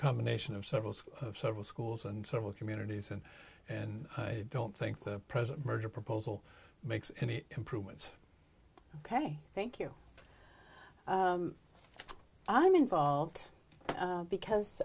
combination of several of several schools and several communities and and i don't think the present merger proposal makes any improvements ok thank you i'm involved because